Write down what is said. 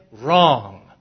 wrong